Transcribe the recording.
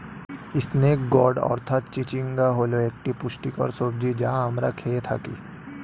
snake gourd অর্থাৎ চিচিঙ্গা হল একটি পুষ্টিকর সবজি যা আমরা খেয়ে থাকি